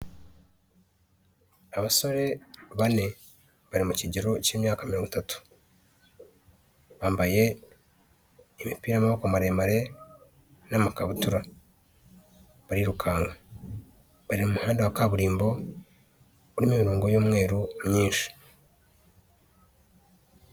Abasore bane bari mu kigero cy'imyaka mirongo itatu, bambaye imipira y'amaboko maremare n'amakabutura barirukanka, bari mu muhanda wa kaburimbo urimo imirongo y'umweru myinshi.